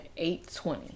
8.20